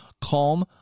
Calm